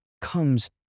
comes